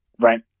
Right